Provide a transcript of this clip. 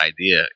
idea